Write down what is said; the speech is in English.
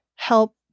help